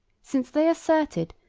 since they asserted,